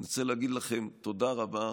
אני רוצה להגיד לכם תודה רבה.